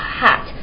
hat